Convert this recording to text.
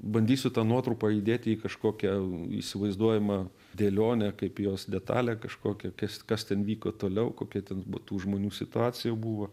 bandysiu tą nuotrupą įdėti į kažkokią įsivaizduojamą dėlionę kaip jos detalę kažkokią kas kas ten vyko toliau kokia ten buvo tų žmonių situacija buvo